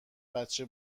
بچه